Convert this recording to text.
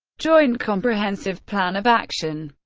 joint comprehensive plan of action